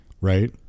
right